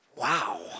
wow